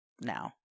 now